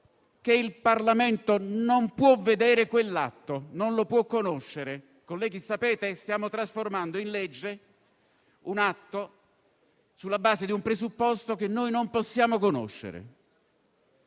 che il Parlamento non può vedere e non può conoscere quell'atto. Colleghi, stiamo trasformando in legge un atto sulla base di un presupposto che non possiamo conoscere.